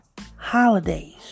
holidays